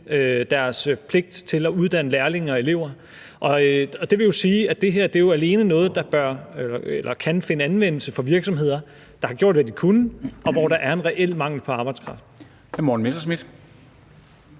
deres pligt til at uddanne lærlinge og elever, og det vil jo sige, at det her alene er noget, der kan finde anvendelse for virksomheder, der har gjort, hvad de kunne, og hvor der er en reel mangel på arbejdskraft.